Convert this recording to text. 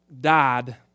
died